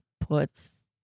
puts